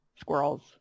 squirrels